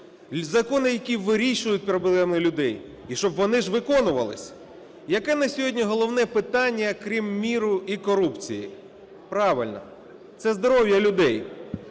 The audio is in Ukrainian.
закони, які вирішують проблеми людей, і щоб вони ж виконувались. Яке на сьогодні головне питання, крім миру і корупції? Правильно – це здоров'я людей.